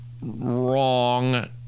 wrong